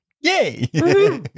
Yay